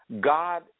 God